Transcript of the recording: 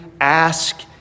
ask